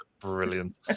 brilliant